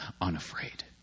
unafraid